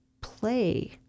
play